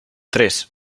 tres